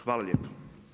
Hvala lijepo.